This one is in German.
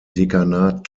dekanat